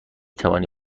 توانی